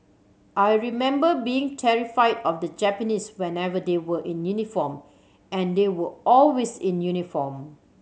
I remember being terrified of the Japanese whenever they were in uniform and they were always in uniform